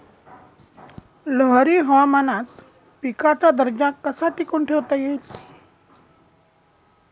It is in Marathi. लहरी हवामानात पिकाचा दर्जा कसा टिकवून ठेवता येईल?